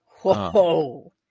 Whoa